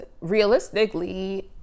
realistically